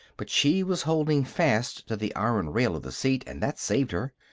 but she was holding fast to the iron rail of the seat, and that saved her.